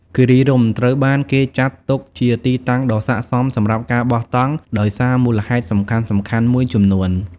គិរីរម្យត្រូវបានគេចាត់ទុកជាទីតាំងដ៏ស័ក្តិសមសម្រាប់ការបោះតង់ដោយសារមូលហេតុសំខាន់ៗមួយចំនួន។